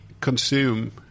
consume